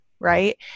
Right